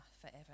forever